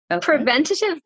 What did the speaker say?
preventative